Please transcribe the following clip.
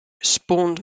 spawned